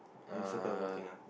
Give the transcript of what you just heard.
oh you circle the whole thing ah